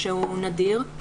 שהוא נדיר,